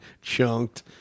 chunked